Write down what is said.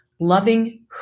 loving